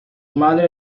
madre